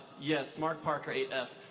yes mark parker eight f.